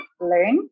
learn